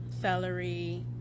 celery